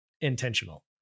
intentional